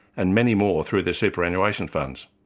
and many more through their superannuation funds.